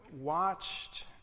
watched